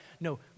no